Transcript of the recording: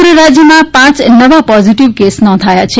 સમગ્ર રાજયમાં પાંચ નવા પોઝીટીવ કેસ નોંધાયા છે